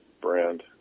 brand